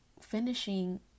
finishing